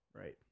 Right